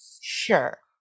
sure